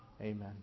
Amen